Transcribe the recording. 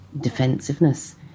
defensiveness